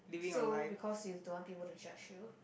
so because you don't want people to judge you